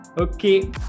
okay